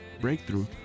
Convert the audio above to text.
breakthrough